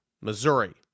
Missouri